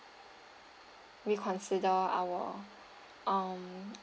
reconsider our um